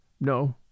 No